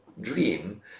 dream